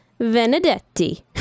Venedetti